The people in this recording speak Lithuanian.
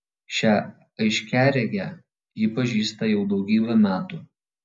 šią aiškiaregę ji pažįsta jau daugybę metų